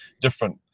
different